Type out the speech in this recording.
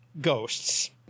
ghosts